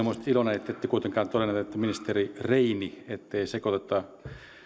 iloinen ettette kuitenkaan todennut että ministeri reini ettei sekoiteta